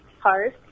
cars